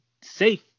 safe